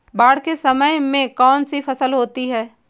बाढ़ के समय में कौन सी फसल होती है?